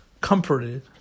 comforted